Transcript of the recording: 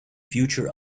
future